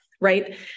right